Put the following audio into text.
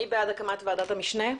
מי בעד הקמת ועדת המשנה?